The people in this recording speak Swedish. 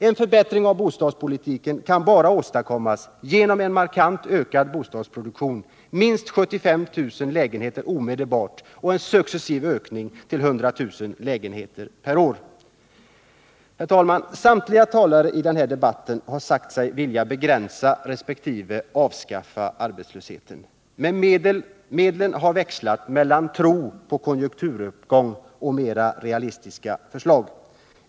En förbättring av bostadspolitiken kan bara åstadkommas genom en markant ökad bostadsproduktion, minst 75 000 lägenheter omedelbart och därefter en successiv ökning till 100 000 nya lägenheter per år. Herr talman! Samtliga talare i denna debatt har sagt sig vilja begränsa resp. avskaffa arbetslösheten. Men medlen har växlat mellan tro på konjunkturuppgång och mera realistiska förslag.